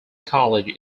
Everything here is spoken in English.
college